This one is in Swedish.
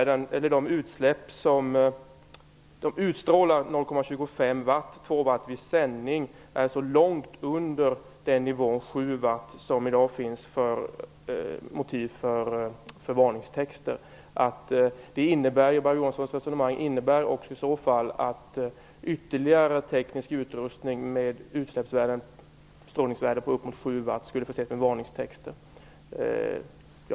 De utstrålar 0,25 watt, 2 watt vid sändning, vilket är långt under nivån 7 watt som motiverar varningstexter. Barbro Johanssons resonemang innebär ju i så fall att ytterligare teknisk utrustning med strålningsvärden på uppemot 7 watt skulle förses med varningstexter.